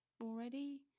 already